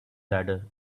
ladder